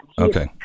Okay